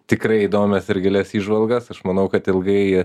tikrai įdomias ir gilias įžvalgas aš manau kad ilgai